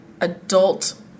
adult